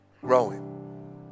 growing